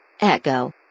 Echo